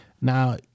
now